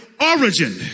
origin